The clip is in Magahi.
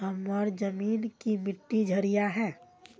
हमार जमीन की मिट्टी क्षारीय है?